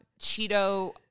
Cheeto